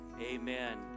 amen